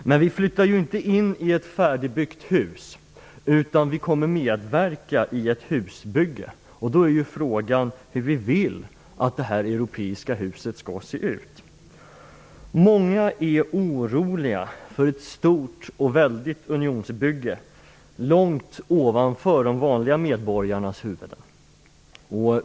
Men vi flyttar ju inte in i ett färdigbyggt hus, utan vi kommer att medverka i ett husbygge. Då är frågan hur vi vill att detta europeiska hus skall se ut. Många är oroliga för ett stort och väldigt unionsbygge, långt ovanför de vanliga medborgarnas huvuden.